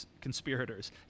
conspirators